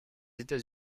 états